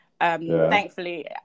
thankfully